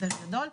יותר גדול,